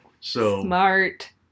Smart